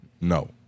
No